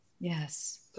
Yes